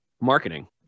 marketing